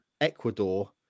ecuador